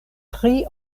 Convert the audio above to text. tri